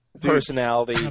personality